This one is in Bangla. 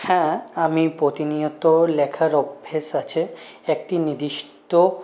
হ্যাঁ আমি প্রতি নিয়ত লেখার অভ্যাস আছে একটি নির্দিষ্ট